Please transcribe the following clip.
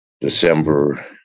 December